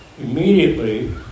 immediately